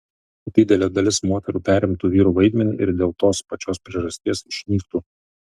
didelė dalis moterų perimtų vyrų vaidmenį ir dėl tos pačios priežasties išnyktų